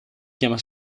chiama